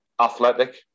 athletic